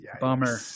Bummer